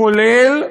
כולל,